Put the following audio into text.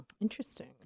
Interesting